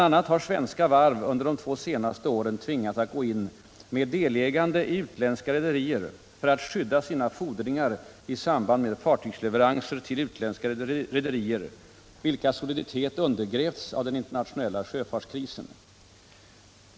a. har svenska varv under de två senaste åren tvingats att gå in med delägande i utländska rederier för att skydda sina fordringar i samband med fartygsleveranser till utländska rederier, vilkas soliditet undergrävts av den internationella sjöfartskrisen.